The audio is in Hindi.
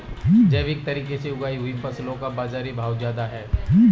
जैविक तरीके से उगाई हुई फसलों का बाज़ारी भाव ज़्यादा है